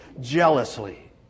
jealously